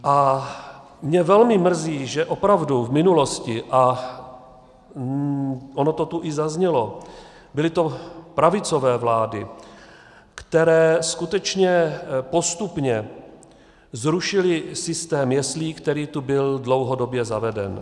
A mě velmi mrzí, že opravdu v minulosti, a ono to tu i zaznělo, byly to pravicové vlády, které skutečně postupně zrušily systém jeslí, který tu byl dlouhodobě zaveden.